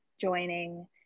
joining